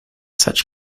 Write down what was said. such